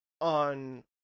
on